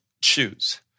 choose